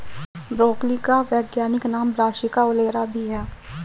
broccoli का वैज्ञानिक नाम ब्रासिका ओलेरा भी है